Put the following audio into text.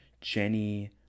Jenny